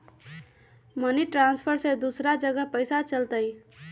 Money transfer से दूसरा जगह पईसा चलतई?